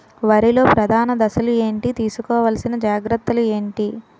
వరిలో ప్రధాన దశలు ఏంటి? తీసుకోవాల్సిన జాగ్రత్తలు ఏంటి?